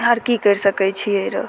आओर कि करि सकै छिए रऽ